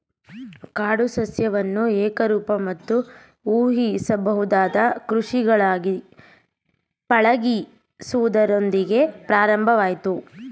ಕಾಡು ಸಸ್ಯವನ್ನು ಏಕರೂಪ ಮತ್ತು ಊಹಿಸಬಹುದಾದ ಕೃಷಿಗಳಾಗಿ ಪಳಗಿಸುವುದರೊಂದಿಗೆ ಪ್ರಾರಂಭವಾಯ್ತು